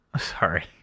sorry